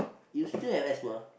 you still have asthma